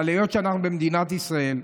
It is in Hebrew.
אבל אנחנו במדינת ישראל,